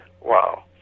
wow